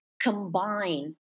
combine